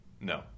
No